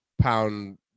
pound